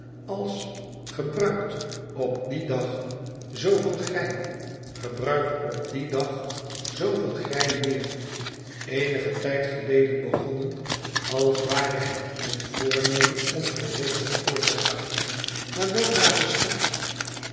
als gebruikt op dien dag zooveel grein gebruikt op dien dag zooveel grein meer eenigen tijd geleden begonnen als ware het met voornemen om geregeld voort te gaan maar weldra gestaakt